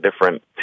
different